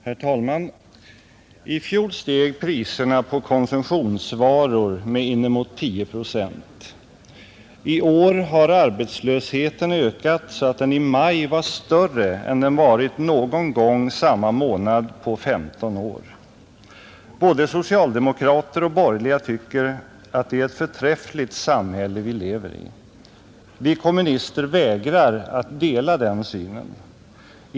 Herr talman! I fjol steg priserna på konsumtionsvaror med inemot 10 procent. I år har arbetslösheten ökat så att den i maj var större än den varit någon gång samma månad på 15 år. Både socialdemokrater och borgerliga tycker att det är ett förträffligt samhälle vi lever i. Vi kommunister vägrar att dela den synen.